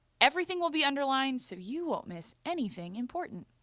everything will be underlined so you won't miss anything important.